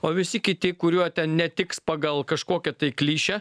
o visi kiti kuriuo ten netiks pagal kažkokią tai klišę